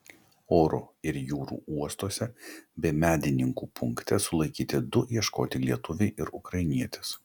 oro ir jūrų uostuose bei medininkų punkte sulaikyti du ieškoti lietuviai ir ukrainietis